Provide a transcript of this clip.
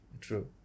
true